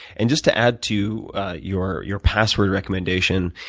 and just to add to your your password recommendation,